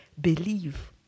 believe